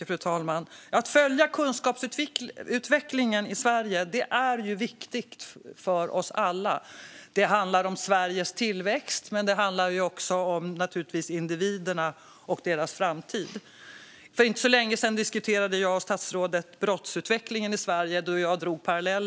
Fru talman! Att följa kunskapsutvecklingen i Sverige är viktigt för oss alla. Det handlar om Sveriges tillväxt, men det handlar naturligtvis också om individerna och deras framtid. För inte så länge sedan diskuterade jag och statsrådet brottsutvecklingen i Sverige.